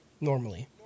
normally